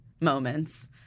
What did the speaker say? moments